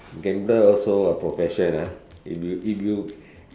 gambler also a profession ah if you if you